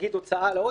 הוצאה להורג,